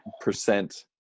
percent